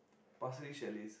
Pasir-Ris chalets